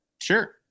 Sure